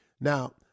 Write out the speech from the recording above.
Now